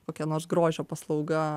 kokia nors grožio paslauga